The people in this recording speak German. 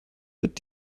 wird